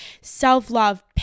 self-love